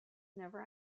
never